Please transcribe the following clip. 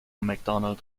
mcdonald